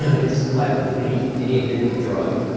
it's like any any addictive drug.